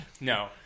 No